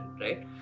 right